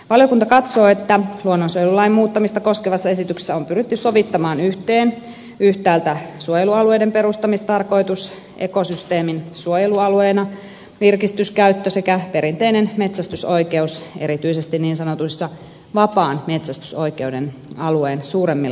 valiokunta katsoo että luonnonsuojelulain muuttamista koskevassa esityksessä on pyritty sovittamaan yhteen yhtäältä suojelualueiden perustamistarkoitus ekosysteemin suojelualueena virkistyskäyttö sekä perinteinen metsästysoikeus erityisesti niin sanotun vapaan metsästysoikeuden alueen suuremmilla suojelualueilla